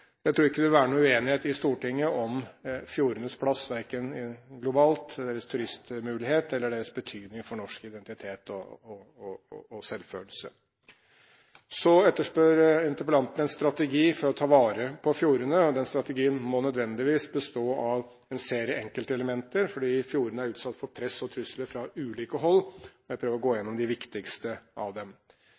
Jeg tror ikke det vil være noen uenighet i Stortinget om fjordenes plass, verken globalt eller når det gjelder deres turistmulighet eller deres betydning for norsk identitet og selvfølelse. Så etterspør interpellanten en strategi for å ta vare på fjordene. Den strategien må nødvendigvis bestå av en serie enkeltelementer, fordi fjordene er utsatt for press og trusler fra ulike hold. Jeg skal prøve å gå igjennom de viktigste av dem.